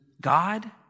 God